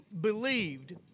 believed